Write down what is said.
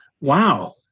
Wow